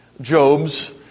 Job's